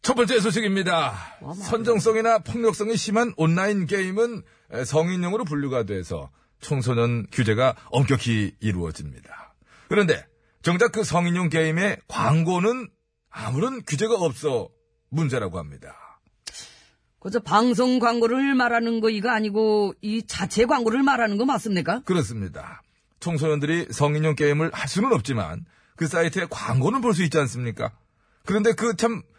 첫 번째 소식입니다. 와. 선정성이나 폭력성이 심한 온라인 게임은 성인용으로 분류가 돼서 청소년 규제가 엄격히 이루어집니다. 그런데 정작 그 성인용 게임의 광고는 아무런 규제가 없어 문제라고 합니다. 그저 방송 광고를 말하는 거 이거 아니고 이 자체 광고를 말하는 거 맞습니까? 그렇습니다. 청소년들이 성인용 게임을 할 수는 없지만 그 사이트의 광고는 볼 수 있지 않습니까? 그런데 그 참-